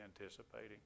anticipating